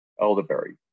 elderberry